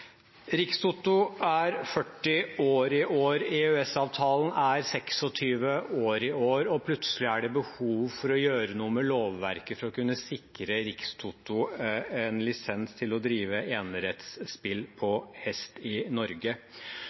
Rikstoto er 40 år i år, EØS-avtalen er 26 år i år, og plutselig er det behov for å gjøre noe med lovverket for å kunne sikre Rikstoto en lisens til å drive enerettsspill på hest i Norge.